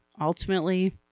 Ultimately